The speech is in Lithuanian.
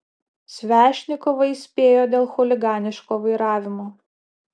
svešnikovą įspėjo dėl chuliganiško vairavimo